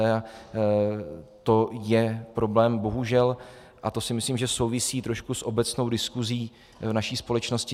A to je problém bohužel, a to si myslím, že souvisí trošku s obecnou diskusí v naší společnosti.